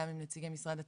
גם עם נציגי משרד התקשורת,